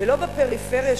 ולא בפריפריה,